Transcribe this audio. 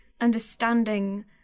understanding